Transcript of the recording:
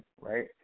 right